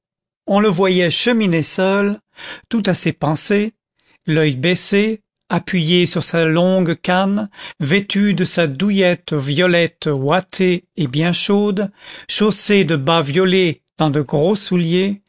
on le voyait cheminer seul tout à ses pensées l'oeil baissé appuyé sur sa longue canne vêtu de sa douillette violette ouatée et bien chaude chaussé de bas violets dans de gros souliers